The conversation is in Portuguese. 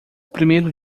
primeiro